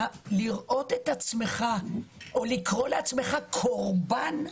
והיכולת לראות את עצמך או לקרוא לעצמך "קורבן"